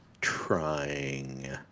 trying